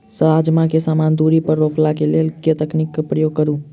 राजमा केँ समान दूरी पर रोपा केँ लेल केँ तकनीक केँ प्रयोग करू?